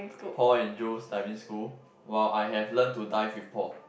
Paul and Joe's Diving School while I have learnt to dive with Paul